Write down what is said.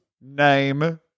name